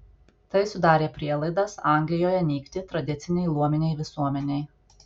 tai sudarė prielaidas anglijoje nykti tradicinei luominei visuomenei